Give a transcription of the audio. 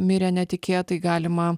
mirė netikėtai galima